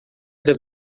era